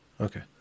Okay